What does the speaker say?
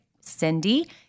Cindy